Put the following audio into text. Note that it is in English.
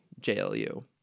JLU